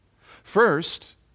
First